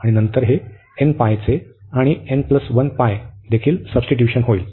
आणि नंतर हे nπ चे आणि n 1 y देखील सब्स्टीट्यूशन होईल